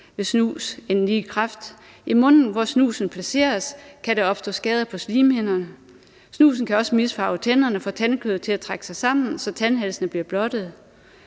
ved snus end lige kræft. I munden, hvor snusen placeres, kan der opstå skader på slimhinderne, og snusen kan også misfarve tænderne og få tandkødet til at trække sig sammen, så tandhalsene bliver blottet.